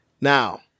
Now